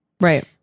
Right